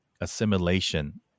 assimilation